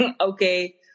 Okay